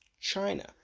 China